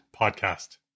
Podcast